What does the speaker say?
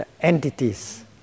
entities